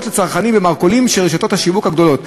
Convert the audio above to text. לצרכנים במרכולים של רשתות השיווק הגדולות.